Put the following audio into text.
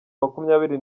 makumyabiri